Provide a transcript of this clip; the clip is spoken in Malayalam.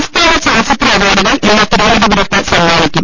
സംസ്ഥാന ചലച്ചിത്ര അവാർഡുകൾ ഇന്ന് തിരുവനന്തപുരത്ത് സമ്മാ നിക്കും